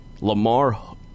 Lamar